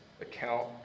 account